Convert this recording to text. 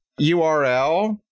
URL